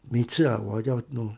每次啊我就 you know